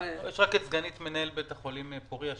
סגנית מנהל בית החולים פורייה,